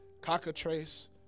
cockatrice